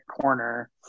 corner